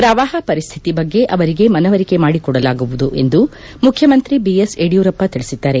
ಪ್ರವಾಪ ಪರಿಸ್ತಿತಿ ಬಗ್ಗೆ ಅವರಿಗೆ ಮನವರಿಕೆ ಮಾಡಿಕೊಡಲಾಗುವುದು ಎಂದು ಮುಖ್ಖಮಂತ್ರಿ ಬಿಎಸ್ ಯಡಿಯೂರಪ್ಪ ತಿಳಿಸಿದ್ದಾರೆ